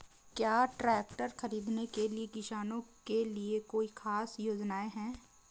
क्या ट्रैक्टर खरीदने के लिए किसानों के लिए कोई ख़ास योजनाएं हैं?